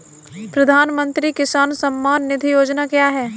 प्रधानमंत्री किसान सम्मान निधि योजना क्या है?